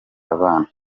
abana